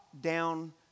down